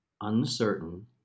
uncertain